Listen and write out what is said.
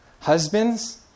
Husbands